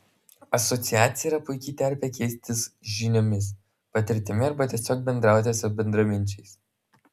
asociacija yra puiki terpė keistis žiniomis patirtimi arba tiesiog bendrauti su bendraminčiais